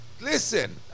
Listen